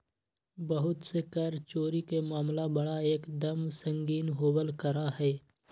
बहुत से कर चोरी के मामला बड़ा एक दम संगीन होवल करा हई